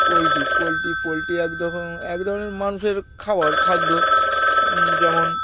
poultry poultry poultry একরকম এক ধরনের মানুষের খাবার খাদ্য যেমন